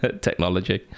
technology